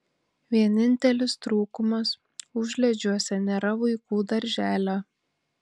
vienintelis trūkumas užliedžiuose nėra vaikų darželio